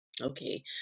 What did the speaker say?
Okay